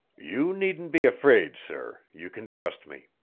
you needn't be afraid, sir you can trust me!